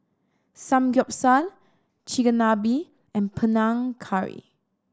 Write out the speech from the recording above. Samgyeopsal Chigenabe and Panang Curry